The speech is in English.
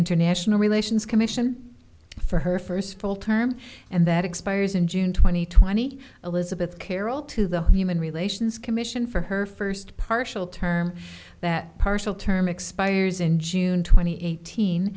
international relations commission for her first full term and that expires in june two thousand and twenty elizabeth carroll to the human relations commission for her first partial term that partial term expires in june twenty eight